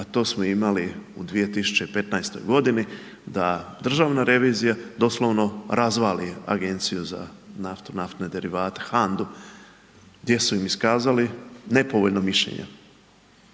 a to smo imali u 2015. godini da državna revizija doslovno razvali Agenciju za naftu, naftne derivate, HANDA-u, gdje su im iskazali nepovoljno mišljenje.